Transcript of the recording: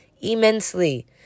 immensely